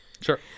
sure